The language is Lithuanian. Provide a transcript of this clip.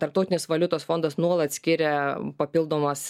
tarptautinis valiutos fondas nuolat skiria papildomas